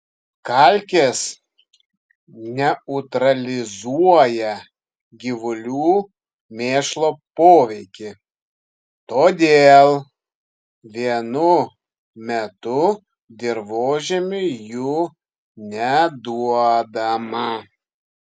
kalkės neutralizuoja gyvulių mėšlo poveikį todėl vienu metu dirvožemiui jų neduodama